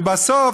ובסוף,